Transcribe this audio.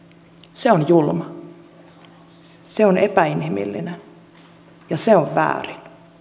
se on julma se on epäinhimillinen ja se on väärin